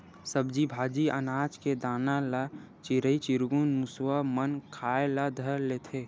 सब्जी भाजी, अनाज के दाना ल चिरई चिरगुन, मुसवा मन खाए ल धर लेथे